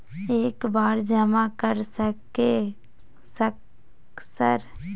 एक बार जमा कर सके सक सर?